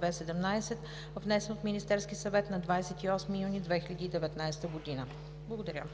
902-02-17, внесен от Министерския съвет на 28 юни 2019 г.“ Благодаря.